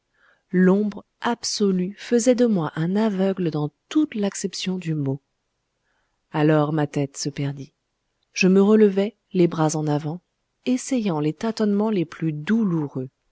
l'ombre absolue faisait de moi un aveugle dans toute l'acception du mot alors ma tête se perdit je me relevai les bras en avant essayant les tâtonnements les plus douloureux